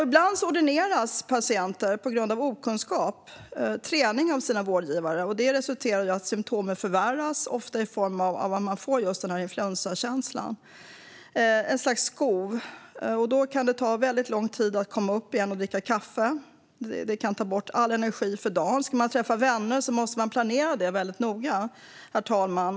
Ibland ordineras patienter, på grund av okunskap, träning av sina vårdgivare. Det resulterar i att symtomen förvärras, ofta i form av att man får just en influensakänsla, ett slags skov. Då kan det ta väldigt lång tid att komma upp igen och dricka kaffe. Det kan ta bort all energi för dagen. Ska man träffa vänner måste man planera det väldigt noga, herr talman.